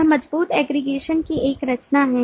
यह मजबूत aggregation की एक रचना है